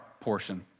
portion